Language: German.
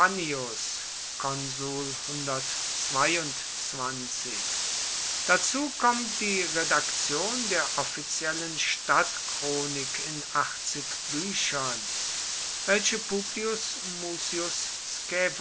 fannius dazu kommt die redaktion der offiziellen stadtchronik in achtzig büchern welche publius mucius